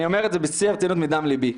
אני אומר את זה בשיא הרצינות ומדם ליבי,